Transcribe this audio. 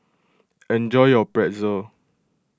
enjoy your Pretzel